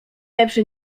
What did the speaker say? lepszy